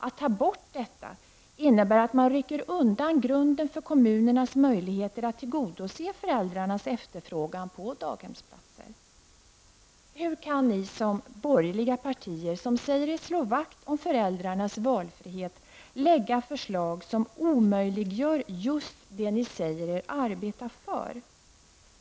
Att ta bort detta, innebär att man rycker undan grunden för kommunernas möjligheter att tillgodose föräldrarnas efterfrågan på daghemsplatser. Hur kan ni som borgerliga partier, ni som säger er slå vakt om föräldrarnas valfrihet, lägga fram förslag som omöjliggör just det ni säger er arbeta för?